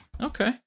Okay